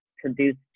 produced